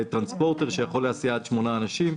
טרנספורטר שיכול להסיע עד שמונה אנשים.